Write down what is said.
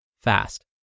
fast